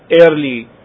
early